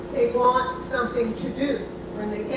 they want something to do